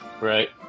Right